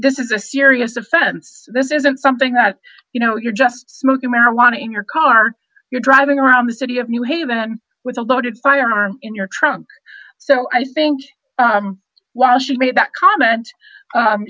this is a serious offense this isn't something that you know your job smoking marijuana in your car you're driving around the city of new haven with a loaded firearm in your trunk so i think while she made that comment